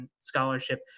scholarship